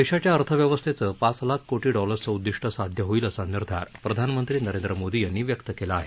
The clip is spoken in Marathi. देशाच्या अर्थव्यवस्थेचं पाच लाख कोटी डॉलर्सचं उद्दिष्ट साध्य होईल असा निर्धार प्रधानमंत्री नरेंद्र मोदी यांनी व्यक्त केला आहे